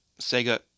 sega